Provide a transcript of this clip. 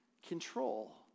Control